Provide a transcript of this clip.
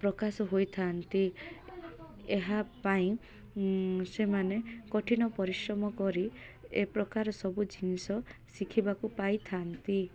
ପ୍ରକାଶ ହୋଇଥାନ୍ତି ଏହା ପାଇଁ ସେମାନେ କଠିନ ପରିଶ୍ରମ କରି ଏପ୍ରକାର ସବୁ ଜିନିଷ ଶିଖିବାକୁ ପାଇଥାନ୍ତି